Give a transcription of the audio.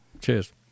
Cheers